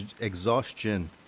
exhaustion